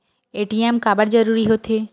ATM काबर जरूरी हो थे?